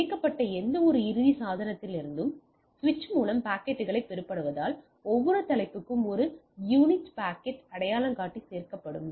இணைக்கப்பட்ட எந்தவொரு இறுதி சாதனத்திலிருந்தும் சுவிட்ச் மூலம் பாக்கெட்டுகள் பெறப்படுவதால் ஒவ்வொரு தலைப்புக்கும் ஒரு யூனிட் பாக்கெட் அடையாளங்காட்டி சேர்க்கப்படும்